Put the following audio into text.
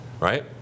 right